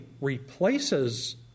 replaces